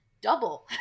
Double